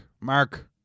Mark